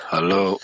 Hello